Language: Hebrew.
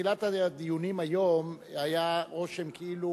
בתחילת הדיונים היום היה רושם כאילו